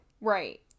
Right